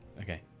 Okay